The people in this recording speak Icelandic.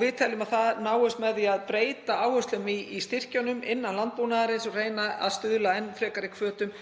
Við teljum að það náist með því að breyta áherslum í styrkjunum innan landbúnaðarins og reyna að stuðla að enn frekari hvötum,